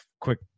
quick